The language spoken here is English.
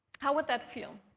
how would that feel?